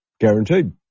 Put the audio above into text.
guaranteed